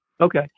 Okay